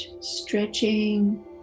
stretching